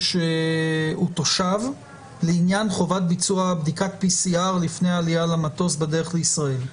שהוא תושב לעניין חובת ביצוע בדיקת PCR לפני העלייה למטוס בדרך לישראל.